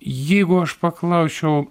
jeigu aš paklausčiau